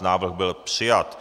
Návrh byl přijat.